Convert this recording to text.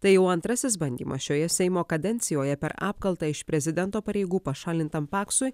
tai jau antrasis bandymas šioje seimo kadencijoje per apkaltą iš prezidento pareigų pašalintam paksui